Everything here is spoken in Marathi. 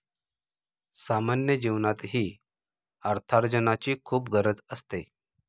सामान्य जीवनातही अर्थार्जनाची खूप गरज असते